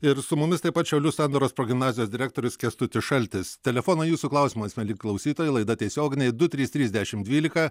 ir su mumis taip pat šiaulių sandoros progimnazijos direktorius kęstutis šaltis telefonai jūsų klausimas mieli klausytojai laida tiesioginė du trys trys dešimt dvylika